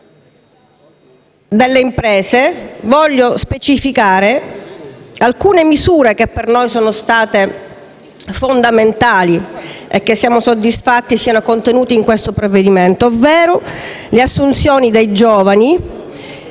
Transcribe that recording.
delle imprese voglio sottolineare alcune misure che per noi sono state fondamentali e che siamo soddisfatti siano contenute in questo provvedimento, ovvero le assunzioni dei giovani